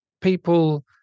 people